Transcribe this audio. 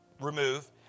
remove